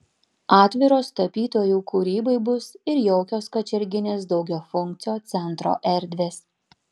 atviros tapytojų kūrybai bus ir jaukios kačerginės daugiafunkcio centro erdvės